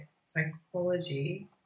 psychology